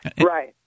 Right